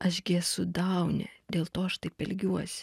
aš gi esu daunė dėlto aš taip elgiuosi